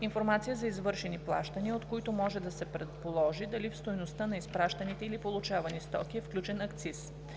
информация за извършени плащания, от които може да се предположи дали в стойността на изпращаните или получавани стоки е включен акциз;